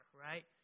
right